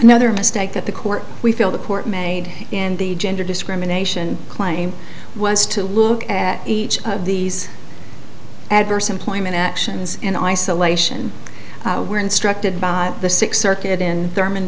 another mistake that the court we feel the court made in the gender discrimination claim was to look at each of these adverse employment actions in isolation were instructed by the six circuit in thurman